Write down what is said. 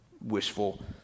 wishful